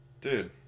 dude